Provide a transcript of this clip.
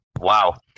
Wow